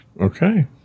Okay